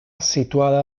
situada